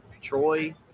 Troy